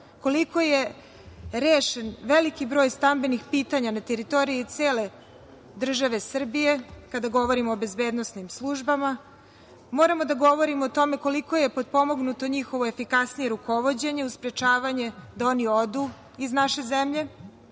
koliko je rešen veliki broj stambenih pitanja na teritoriji cele države Srbije kada govorimo o bezbednosnim službama. Moramo da govorimo o tome koliko je potpomognuto njihovo efikasnije rukovođenje i sprečavanje da oni odu iz naše zemlje.